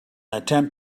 attempt